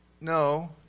No